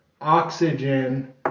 oxygen